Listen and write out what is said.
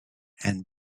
and